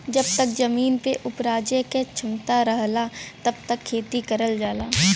जब तक जमीन में उपराजे क क्षमता रहला तब तक खेती करल जाला